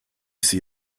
see